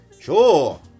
Sure